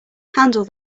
handle